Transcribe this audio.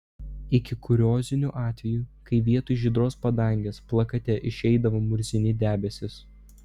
iki kuriozinių atvejų kai vietoj žydros padangės plakate išeidavo murzini debesys